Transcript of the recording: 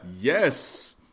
Yes